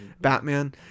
Batman